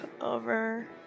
over